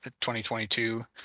2022